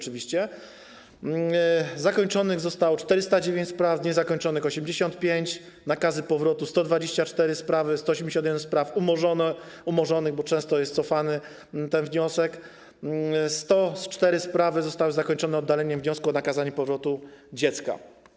Zakończonych zostało 409 spraw, niezakończonych - 85, nakazy powrotu wydano w 124 sprawach, 181 spraw zostało umorzonych, bo wniosek często jest wycofywany, 104 sprawy zostały zakończone oddaleniem wniosku o nakazanie powrotu dziecka.